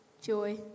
Joy